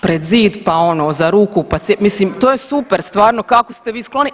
Pred zid pa ono za ruku pa, mislim to je super stvarno kako ste vi skloni.